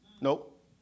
nope